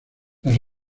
las